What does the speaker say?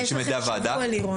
יש לכם שבוע, לירון.